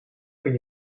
kan